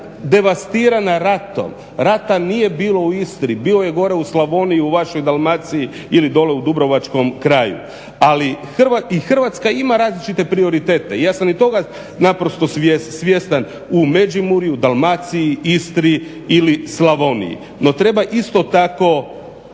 Hrvatska je devastirana ratom, rata nije bilo u Istri, bio je gore u Slavoniji, u vašoj Dalmaciji ili dolje u Dubrovačkom kraju. Ali i Hrvatska ima različite prioritete, ja sam i toga naprosto svjestan, u Međimurju, Dalmaciji, Istri ili Slavoniji, no treba isto tako